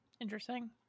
Interesting